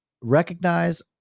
recognize